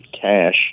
cash